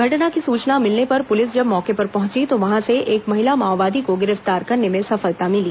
घटना की सूचना मिलने पर पुलिस जब मौके पर पहुंची तो वहां से एक महिला माओवादी को गिरफ्तार करने में सफलता मिली